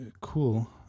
cool